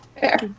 Fair